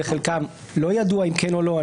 בחלקן לא ידוע אם כן או לא.